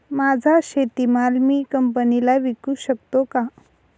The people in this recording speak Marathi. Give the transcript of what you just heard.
माझा शेतीमाल मी कंपनीला विकू शकतो का?